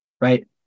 right